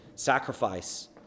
sacrifice